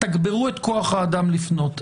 תגברו את כוח האדם לפנות.